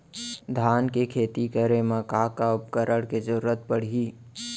धान के खेती करे मा का का उपकरण के जरूरत पड़हि?